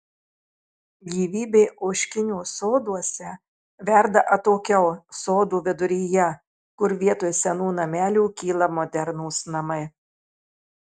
gyvybė ožkinių soduose verda atokiau sodų viduryje kur vietoj senų namelių kyla modernūs namai